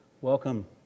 Welcome